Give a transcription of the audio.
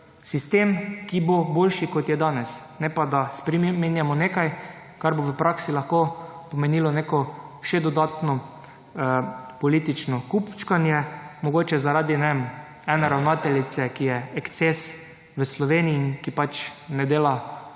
sistem ki bo boljši kot je danes, ne pa, da spreminjamo nekaj kar bo v praksi lahko pomenilo neko še dodatno politično kupčkanje mogoče zaradi, ne vem, ene ravnateljice, ki je ekces v Sloveniji in ki pač ne dela